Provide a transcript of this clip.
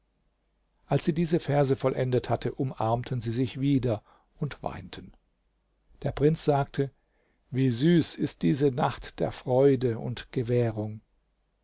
als sie diese verse vollendet hatte umarmten sie sich wieder und weinten der prinz sagte wie süß ist diese nacht der freude und gewährung